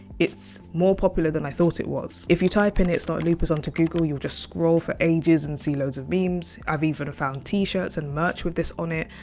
it's more popular than i thought it was. if you type in, it's not lupus on to google, you'll just scroll for ages and see loads of memes. i've even found t shirts and merch with this on it.